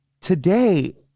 Today